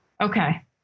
Okay